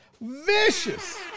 vicious